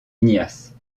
ignace